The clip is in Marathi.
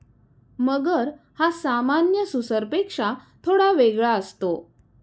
मगर हा सामान्य सुसरपेक्षा थोडा वेगळा असतो